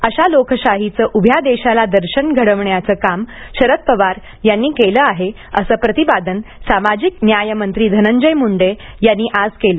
अशा लोकशाहीचं उभ्या देशाला दर्शन घडवण्याचं काम शरद पवार यांनी केलं आहे असं प्रतिपादन सामाजिक न्यायमंत्री धंनजय मुंडे यांनी आज केलं